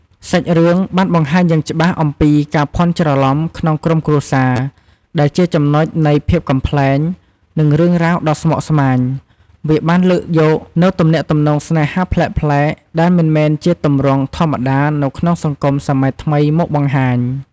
សាច់រឿង បានបង្ហាញយ៉ាងច្បាស់អំពី ការភាន់ច្រឡំក្នុងក្រុមគ្រួសារ ដែលជាចំណុចនៃភាពកំប្លែង និងរឿងរ៉ាវដ៏ស្មុគស្មាញ វាបានលើកយកនូវទំនាក់ទំនងស្នេហាប្លែកៗ ដែលមិនមែនជាទម្រង់ធម្មតានៅក្នុងសង្គមសម័យថ្មីមកបង្ហាញ។